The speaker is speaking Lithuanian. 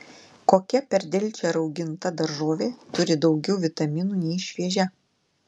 kokia per delčią rauginta daržovė turi daugiau vitaminų nei šviežia